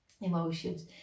emotions